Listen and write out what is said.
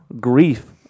grief